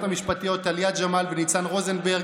המשפטיות טליה ג'מאל וניצן רוזנברג,